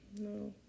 no